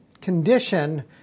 condition